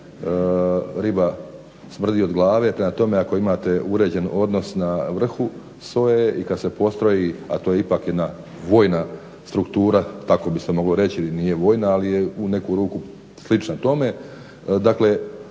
riba smrdi od glave, prema tome ako imate uređen odnos na vrhu SOA-e i kad se postroji a to je ipak jedna vojna struktura tako bi se moglo reći nije vojna ali je u neku ruku slična tome dakle